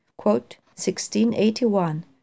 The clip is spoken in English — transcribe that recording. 1681